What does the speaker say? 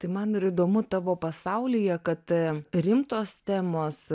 tai man ir įdomu tavo pasaulyje kad rimtos temos